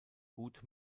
gut